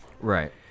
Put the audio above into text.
Right